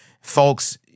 Folks